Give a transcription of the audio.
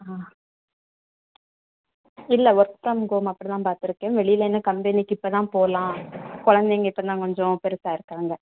ஆ இல்லை work from home அப்படி தான் பார்த்திருக்கேன் வெளியில் இன்னும் கம்பெனிக்கு இப்போ தான் போகலாம் கொழந்தைங்க இப்போதான் கொஞ்சம் பெரிசாருக்காங்க